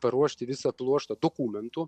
paruošti visą pluoštą dokumentų